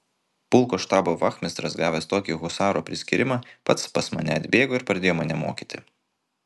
pulko štabo vachmistras gavęs tokį husaro priskyrimą pats pas mane atbėgo ir pradėjo mane mokyti